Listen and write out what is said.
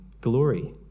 glory